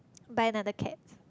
buy another cat